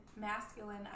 masculine